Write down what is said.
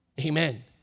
Amen